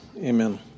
amen